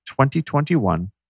2021